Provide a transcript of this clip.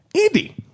Andy